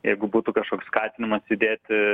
jeigu būtų kažkoks skatinimas judėti